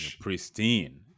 pristine